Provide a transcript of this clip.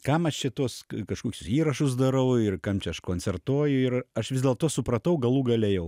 kam aš čia tuos kažkoks įrašus darau ir kam čia aš koncertuoju ir aš vis dėlto supratau galų gale jau